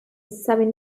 seven